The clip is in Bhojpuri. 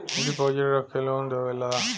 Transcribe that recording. डिपोसिट रख के लोन देवेला